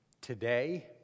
today